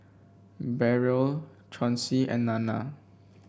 Beryl Chauncy and Nana